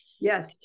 Yes